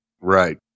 Right